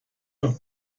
los